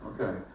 Okay